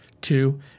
Two